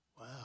Wow